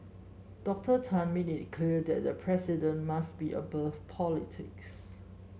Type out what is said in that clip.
Doctor Tan made it clear that the president must be above politics